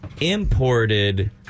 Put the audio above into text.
imported